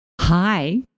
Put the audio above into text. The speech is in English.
Hi